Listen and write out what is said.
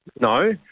no